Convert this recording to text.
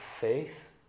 faith